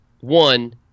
one